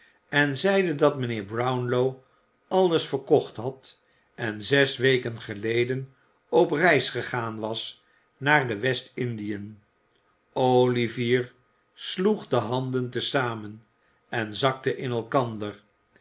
en zeide dat mijnheer brownlow alles verkocht had en zes weken geleden op reis gegaan was naar de w e s t-i n d i ë n olivier sloeg de handen te zamen en zakte in elkander